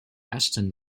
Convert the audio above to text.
ashton